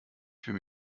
fühle